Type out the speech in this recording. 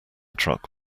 truck